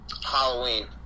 Halloween